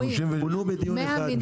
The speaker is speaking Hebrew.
יש --- 100 מינויים.